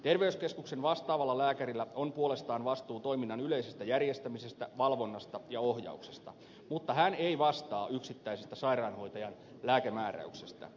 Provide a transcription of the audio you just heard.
terveyskeskuksen vastaavalla lääkärillä on puolestaan vastuu toiminnan yleisestä järjestämisestä valvonnasta ja ohjauksesta mutta hän ei vastaa yksittäisestä sairaanhoitajan lääkemääräyksestä